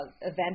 event